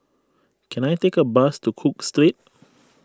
can I take a bus to Cook Street